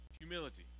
humility